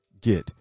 get